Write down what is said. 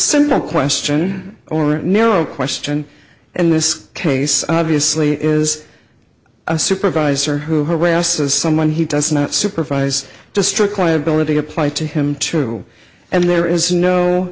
simple question or a narrow question in this case obviously is a supervisor who harass is someone he does not supervise the strict liability apply to him too and there is